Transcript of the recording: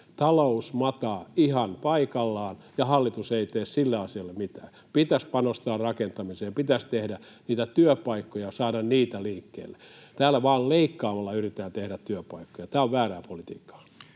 Talous makaa ihan paikallaan, ja hallitus ei tee sille asialle mitään. Pitäisi panostaa rakentamiseen, pitäisi tehdä työpaikkoja ja saada niitä liikkeelle. Täällä vain leikkaamalla yritetään tehdä työpaikkoja, ja tämä on väärää politiikkaa.